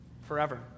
forever